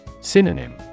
Synonym